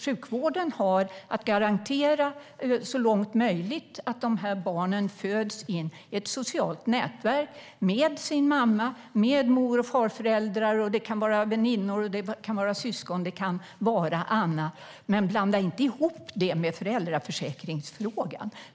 Sjukvården har att så långt möjligt garantera att barnen föds i ett socialt nätverk med sin mamma, mor och farföräldrar, väninnor, syskon eller andra. Men blanda inte ihop det här med föräldraförsäkringsfrågan!